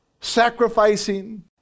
sacrificing